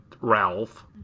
Ralph